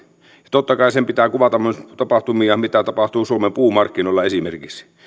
totta kai sen pitää kuvata myös tapahtumia mitä tapahtuu suomen puumarkkinoilla esimerkiksi